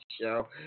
show